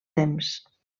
temps